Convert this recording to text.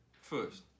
first